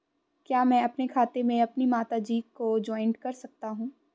क्या मैं अपने खाते में अपनी माता जी को जॉइंट कर सकता हूँ?